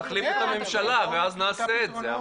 נחליף את הממשלה ואז נעשה את זה,